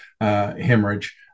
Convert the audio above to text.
hemorrhage